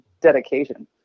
dedication